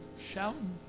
Shouting